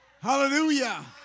Hallelujah